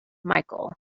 michael